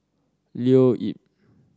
Leo Yip